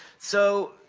so,